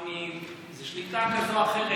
קואליציוני זה שליטה כזאת או אחרת.